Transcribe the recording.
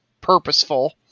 purposeful